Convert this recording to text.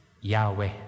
Yahweh